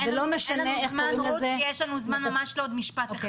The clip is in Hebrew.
לנו זמן לעוד משפט אחד.